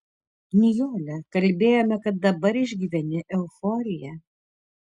nijole kalbėjome kad dabar išgyveni euforiją